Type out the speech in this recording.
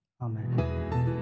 Amen